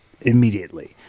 immediately